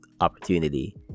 opportunity